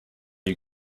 you